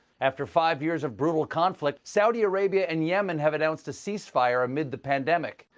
after five years of brutal conflict saudi arabia and yemen have announced a cease-fire amid the pandemic.